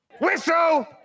Whistle